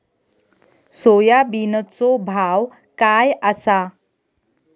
सोयाबीनचो भाव काय आसा?